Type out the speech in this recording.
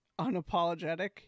unapologetic